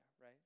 right